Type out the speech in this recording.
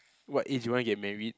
what if you want to get married